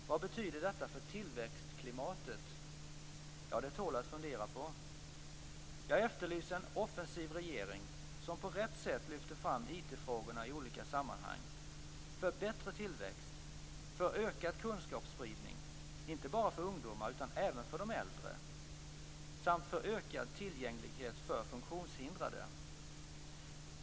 Vad betyder detta för tillväxtklimatet? Det tål att fundera på. Jag efterlyser en offensiv regering, som på rätt sätt lyfter fram IT-frågorna i olika sammanhang - för bättre tillväxt och för ökad kunskapsspridning, inte bara för ungdomar utan även för de äldre - samt för ökad tillgänglighet för funktionshindrade.